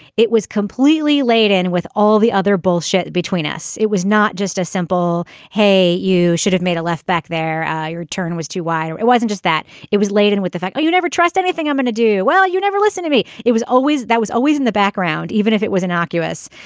it was completely laden with all the other bullshit between us. it was not just a simple hey you should have made a left back there. your turn was too wide and it wasn't just that it was laden with the fact you never trust anything i'm going to do. well you never listen to me. it was always that was always in the background. even if it was innocuous.